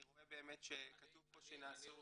אני רואה באמת שכתוב פה שנעשו סדנאות.